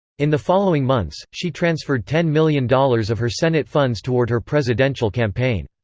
in the following months, she transferred ten million dollars of her senate funds toward her presidential campaign.